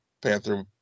panther